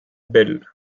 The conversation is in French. bell